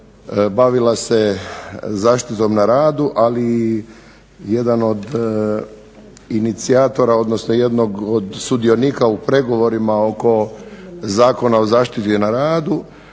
bavila se zaštitom na radu, ali i jedan od inicijatora, odnosno jednog od sudionika u pregovorima oko Zakona o zaštiti na radu